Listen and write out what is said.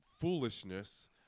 foolishness